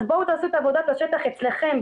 אז בואו תעשו את עבודת השטח אצלכם,